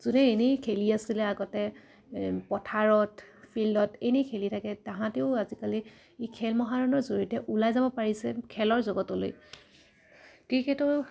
এনেই খেলি আছিলে আগতে পথাৰত ফিল্ডত এনেই খেলি থাকে তাহাঁতেও আজিকালি ই খেল মহাৰণৰ জড়িয়তে ওলাই যাব পাৰিছে খেলৰ জগতলৈ ক্ৰিকেটৰ